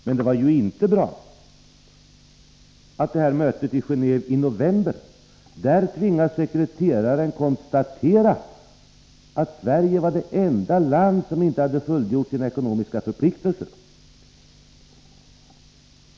Men det var inte bra att sekreteraren vid mötet i Genåve i november tvingades konstatera att Sverige är det enda land som inte fullgjort sina ekonomiska förpliktelser.